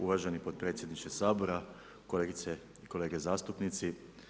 Uvaženi potpredsjedniče Sabora, kolegice i kolege zastupnici.